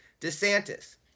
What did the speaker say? DeSantis